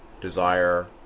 desire